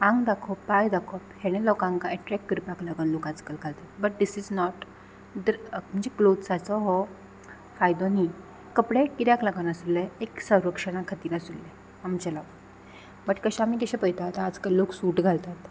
आंग दाखोवप पांय दाखोवप हें लोकांक एट्रॅक्ट करपाक लागून लोक आजकाल घालतात बट दीस ईज नॉट म्हणटर म्हणजे क्लोत्साचो हो फायदो न्ही कपडे किद्याक लागून आसले एक संरक्षणा खातीर आसुल्ले आमचे बट कशें आमी कशें पळयता आतां आजकाल लोक सूट घालतात